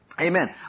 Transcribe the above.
Amen